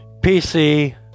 PC